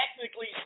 technically